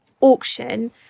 auction